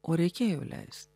o reikėjo leist